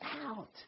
out